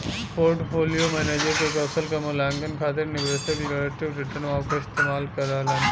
portfolio manager के कौशल क मूल्यांकन खातिर निवेशक रिलेटिव रीटर्न माप क इस्तेमाल करलन